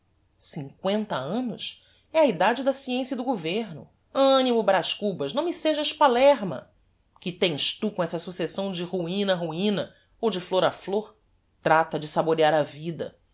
cincoenta annos é a edade da sciencia e do governo animo braz cubas não me sejas palerma que tens tu com essa successão de ruina a ruina ou de flor a flor trata de saborear a vida